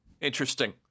Interesting